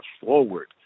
forward